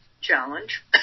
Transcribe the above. challenge